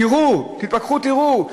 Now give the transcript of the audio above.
תראו, תתפכחו, תראו.